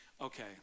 okay